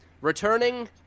Returning